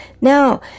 Now